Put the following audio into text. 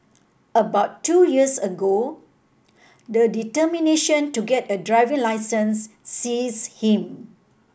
about two years ago the determination to get a driving licence seize him